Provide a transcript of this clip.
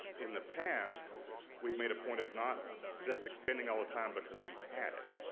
in the past we've made a point of not just extending all the time because we had it.